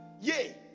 Yay